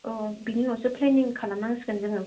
अ बेनि उनावसो प्लेनिं खालामनांसिगोन जों